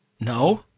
no